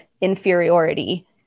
inferiority